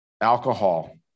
alcohol